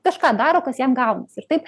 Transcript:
kažką daro kas jam gaunasi ir taip